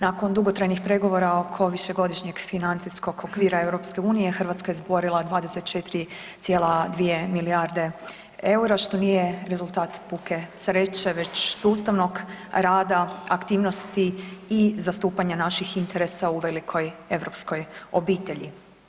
Nakon dugotrajnih pregovora oko višegodišnjeg financijskog okvira EU, Hrvatska je izborila 24,2 milijarde eura, što nije rezultat puke sreće već sustavnog rada, aktivnosti i zastupanja naših interesa u velikoj europskoj obitelji.